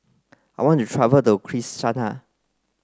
I want to travel to Kinshasa